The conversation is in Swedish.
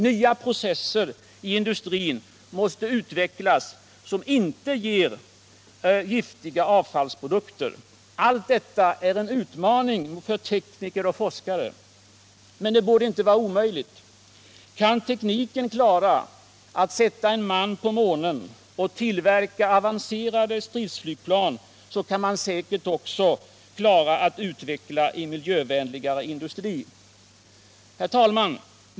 Nya processer i industrin måste utvecklas som inte ger giftiga avfallsprodukter eller gifter i arbetsmiljön. Allt detta är en utmaning för tekniker och forskare. Men det borde inte vara omöjligt att åstadkomma. Kan tekniken klara att sätta en man på månen och tillverka avancerade stridsflygplan, kan den säkert också klara att utveckla en miljövänligare industri. Herr talman!